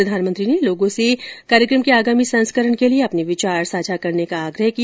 प्रधानमंत्री ने लोगों से कार्यक्रम के आगामी संस्करण के लिए अपने विचार साझा करने का भी आग्रह किया